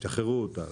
- שחררו אותה.